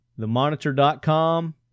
TheMonitor.com